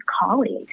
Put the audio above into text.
colleagues